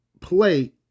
play